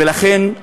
ולכן,